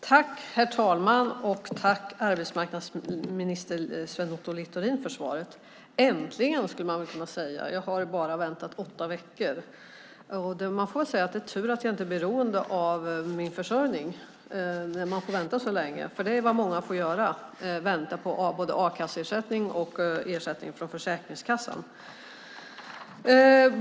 Herr talman! Tack, arbetsmarknadsminister Sven Otto Littorin, för svaret! Äntligen, skulle man kunna säga - jag har väntat i åtta veckor. Man får väl säga att det är tur att jag inte är beroende av min försörjning när jag får vänta så länge, men det är vad många får göra - de får vänta på både a-kasseersättning och ersättning från Försäkringskassan.